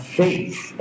faith